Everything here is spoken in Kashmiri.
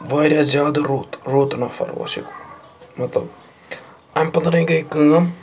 وارِیاہ زیادٕ رُت رُت نفر اوس یہِ مطلب اَمہِ پَتنٕے گٔے کٲم